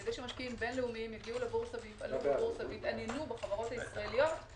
כדי שמשקיעים בין-לאומיים יגיעו לבורסה ויתעניינו בחברות הישראליות,